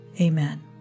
Amen